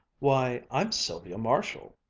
why, i'm sylvia marshall,